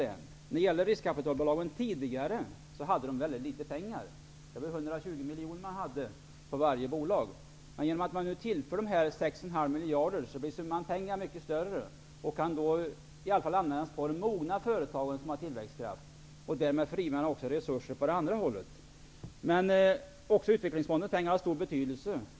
Tidigare hade riskkapitalbolagen väldigt litet pengar, ungefär 125 miljoner kronor per bolag. Genom att de här 6,5 miljarderna tillförs blir summan pengar mycket större och kan i varje fall användas för de mogna företagen som har tillväxtkraft. Därigenom frigörs även resurser på annat håll. Utvecklingsfondens pengar har också stor betydelse.